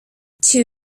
two